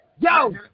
Yo